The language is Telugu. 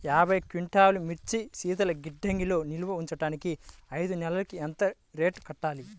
యాభై క్వింటాల్లు మిర్చి శీతల గిడ్డంగిలో నిల్వ ఉంచటానికి ఐదు నెలలకి ఎంత రెంట్ కట్టాలి?